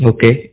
Okay